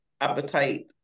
appetite